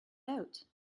out